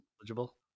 eligible